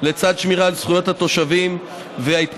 לצד שמירה על זכויות התושבים וההתפתחות